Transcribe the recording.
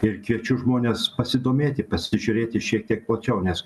ir kviečiu žmones pasidomėti pasižiūrėti šiek tiek plačiau nes